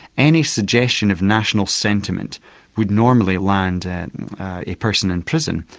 any suggestion of national sentiment would normally land and a person in prison.